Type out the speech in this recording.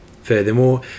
Furthermore